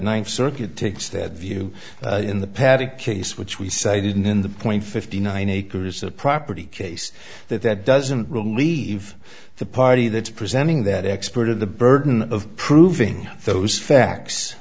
ninth circuit takes that view in the paddock case which we say didn't in the point fifty nine acres of property case that that doesn't relieve the party that's presenting that expert of the burden of proving those facts